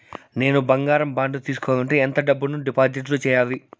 నేను బంగారం బాండు తీసుకోవాలంటే ఎంత డబ్బును డిపాజిట్లు సేయాలి?